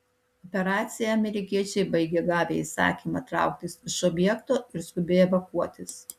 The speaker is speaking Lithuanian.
operaciją amerikiečiai baigė gavę įsakymą trauktis iš objekto ir skubiai evakuotis